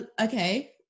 Okay